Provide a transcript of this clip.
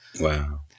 Wow